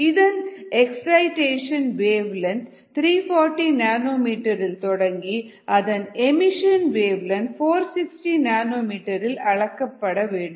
இதன் excitation wavelength 340 nanometre இல் தொடங்கி அதன் ஏமிசன் வேவ்லென்த் 460 நானோ மீட்டர் அளக்கப்பட வேண்டும்